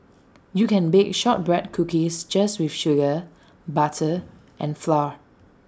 you can bake Shortbread Cookies just with sugar butter and flour